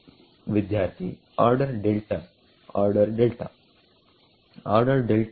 ವಿದ್ಯಾರ್ಥಿಆರ್ಡರ್ delta order delta